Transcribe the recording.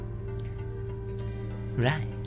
Right